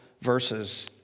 verses